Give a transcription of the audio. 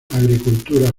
agricultura